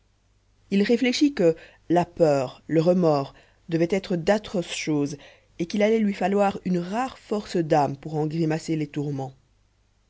il réfléchit que la peur le remords devaient être d'atroces choses et qu'il allait lui falloir une rare force d'âme pour en grimacer les tourments